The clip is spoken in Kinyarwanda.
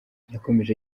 yakomeje